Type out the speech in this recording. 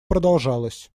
продолжалась